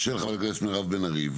של חה"כ מירב בן ארי,